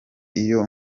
iyo